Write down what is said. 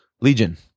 Legion